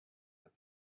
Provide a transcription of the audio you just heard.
but